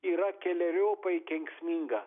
yra keleriopai kenksminga